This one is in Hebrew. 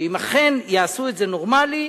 שאם אכן יעשו את זה נורמלי,